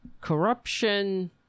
Corruption